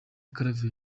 claver